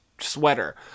sweater